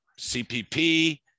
CPP